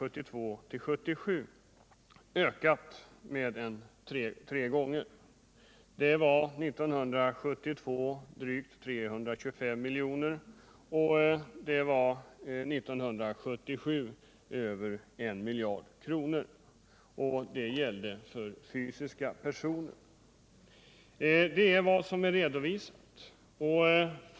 1972 uppgick summan när det gäller fysiska personer till 325 milj.kr. och 1977 till över I miljard kronor. Detta är vad som blivit redovisat.